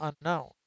unknown